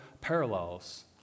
parallels